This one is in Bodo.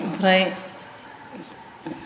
ओमफ्राय